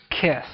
kiss